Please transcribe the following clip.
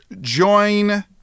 join